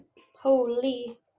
Holy